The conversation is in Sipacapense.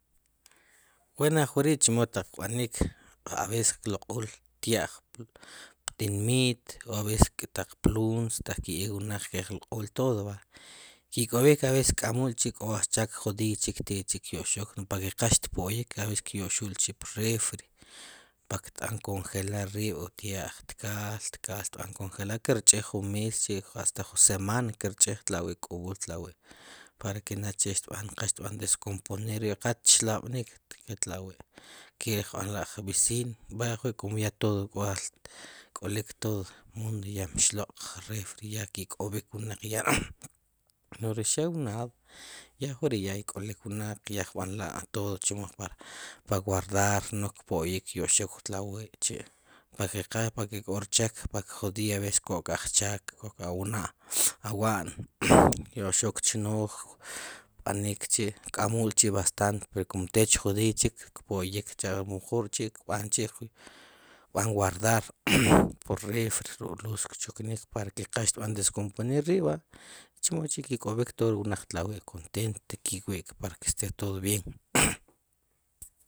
Bueno ajk'ori' chemo taq kb'anik, a veces klooq'ul tya'j ptinmit o aveces taq p lunes taq ki' b'eek wnaq klq'ul todo va, ki' k'obik a vces ki k'amul chi', k'o ajchak ju día chik ta chi kyq xok para que qal xpoyik a veces tyoqjuul k'chi' p refri para que b'an congelar rib' wu tya'j, tkaal tkaal tb'an congelar, chir ch'iij ju mes chi' hasta ju semana chr ch'ij tal' wai' kk'obuul tlawi', para que nada che xb'an, qal xb'an descomponer rib, qal xlab'nik ke tlawi', ke b'anla' q vecinos, va aji' ya todo k'o ajl, k'olik todo mundo ya mix looq' k refri, ya ki' k'ob' wnaq ya nu ri xew nada, ya ajk'ori' ik'olok wnaq, yakb'anla' todo chemo para, para guardar si no kpoyik kyoqxok tla' wi' chi' para que qal, k'or chek para ju día a veces kok ajchaj ko awna', awa'n, ktoqxok chnooj, kb'anik chi', kk'amul chi' bastante ri kum tech ju día chik kpoyik cha' mejor chi' kb'anchi', kb'an guardar pr refri, ruk' luz kchuknik para que qal xb'an descomponer rib' va chemok'chi kkóbik todo wnaq tla' wi' contento ki' wi'k para que este todo bien